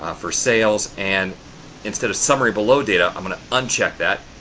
ah for sales, and instead of summary below data, i'm going to uncheck that,